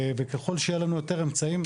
וככל שיהיו לנו יותר אמצעים,